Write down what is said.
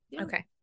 Okay